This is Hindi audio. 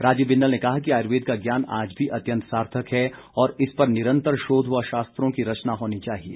राजीव बिंदल ने कहा कि आयुर्वेद का ज्ञान आज भी अत्यंत सार्थक है और इस पर निरतंर शोध व शास्त्रों की रचना होनी चाहिए